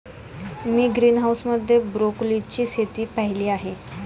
मी greenhouse मध्ये ब्रोकोलीची शेती पाहीली आहे